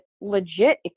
legit